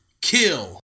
kill